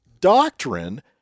doctrine